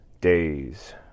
days